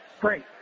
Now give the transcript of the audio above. Great